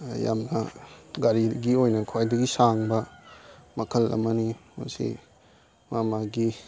ꯌꯥꯝꯅ ꯒꯥꯔꯤꯗꯒꯤ ꯑꯣꯏꯅ ꯈ꯭ꯋꯥꯏꯗꯒꯤ ꯁꯥꯡꯕ ꯃꯈꯜ ꯑꯃꯅꯤ ꯃꯁꯤ ꯃꯥꯒꯤ ꯃꯥꯒꯤ